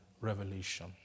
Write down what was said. revelation